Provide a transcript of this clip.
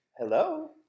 Hello